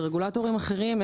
מדובר ברגולטורים אחרים.